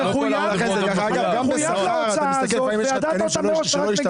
גם בשכר אגב לפעמים נשאר עודף.